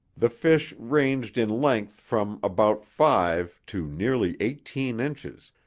the fish ranged in length from about five to nearly eighteen inches,